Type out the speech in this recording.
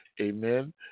Amen